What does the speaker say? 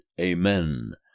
amen